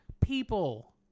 people